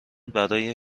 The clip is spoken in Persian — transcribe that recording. برای